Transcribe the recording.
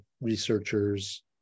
researchers